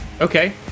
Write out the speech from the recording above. Okay